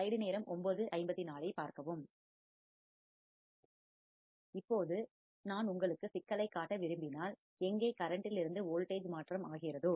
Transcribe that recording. இப்போது இப்போது நான் உங்களுக்கு சிக்கலைக் காட்ட விரும்பினால் எங்கே கரண்டில் இருந்து வோல்டேஜ் மாற்றம் ஆகிறதோ